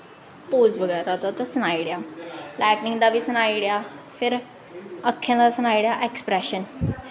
pose बगैरा दा ते सनाई ओड़ेआ लाईटनिंग दा बी सनाई ओड़ेआ फिर अक्खें दा सनाई ओड़ेआ ऐक्सप्रैशन